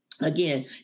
Again